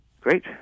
Great